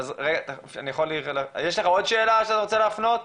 יש לך עוד שאלה שאתה רוצה להפנות,